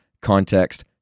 context